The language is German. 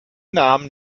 namen